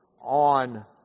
on